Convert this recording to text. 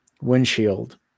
windshield